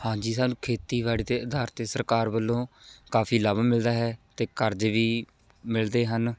ਹਾਂਜੀ ਸਾਨੂੰ ਖੇਤੀਬਾੜੀ ਦੇ ਅਧਾਰ 'ਤੇ ਸਰਕਾਰ ਵੱਲੋਂ ਕਾਫੀ ਲਾਭ ਮਿਲਦਾ ਹੈ ਅਤੇ ਕਰਜ਼ ਵੀ ਮਿਲਦੇ ਹਨ